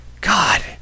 God